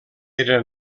era